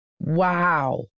Wow